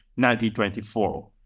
1924